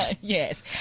Yes